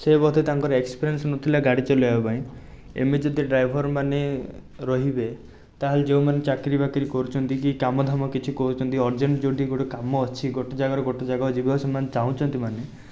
ସେ ବୋଧେ ତାଙ୍କର ଏକ୍ସପେରିଏନ୍ସ ନଥିଲା ଗାଡ଼ି ଚଲେଇବାପାଇଁ ଏମିତି ଯଦି ଡ୍ରାଇଭର୍ମାନେ ରହିବେ ତାହେଲେ ଯେଉଁମାନେ ଚାକିରିବାକିର କରୁଛନ୍ତି କି କାମଧାମ କିଛି କରୁଛନ୍ତି ଅର୍ଜେଣ୍ଟ ଯେଉଁଠି ଗୋଟେ କାମ ଅଛି ଗୋଟେ ଜାଗାରୁ ଗୋଟେ ଜାଗାକୁ ଯିବାକୁ ସେମାନେ ଚାଁହୁଛନ୍ତି ମାନେ